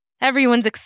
Everyone's